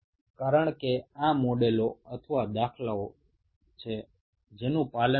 কারণ এই ধরনের মডেল বা এই ধরনের দৃষ্টান্তগুলো কখনো অনুসরণ করা হয়নি